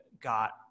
got